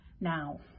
now